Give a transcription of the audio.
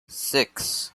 six